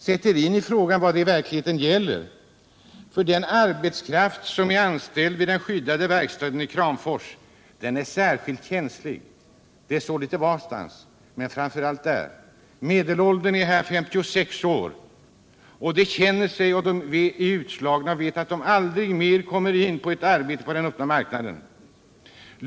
Sätt er in i vad det verkligen gäller, för den arbetskraft som är anställd vid den skyddade verkstaden i Kramfors är särskilt känslig. Det är så litet varstans, men framför allt där. Medelåldern är 56 år, och de utslagna vet att de aldrig mer kommer in på ett arbete på den öppna marknaden.